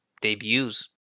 debuts